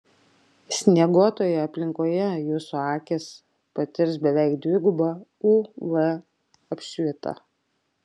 snieguotoje aplinkoje jūsų akys patirs beveik dvigubą uv apšvitą